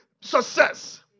success